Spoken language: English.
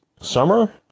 summer